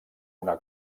una